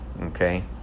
Okay